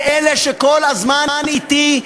אלה שכל הזמן אתי,